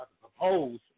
propose